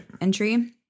entry